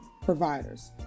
Providers